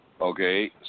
Okay